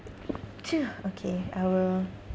okay I will